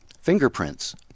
Fingerprints